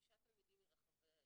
שישה תלמידים מרחבי העיר.